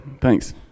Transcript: Thanks